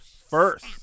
first